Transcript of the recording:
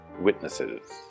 Witnesses